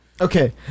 Okay